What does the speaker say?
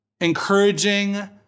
encouraging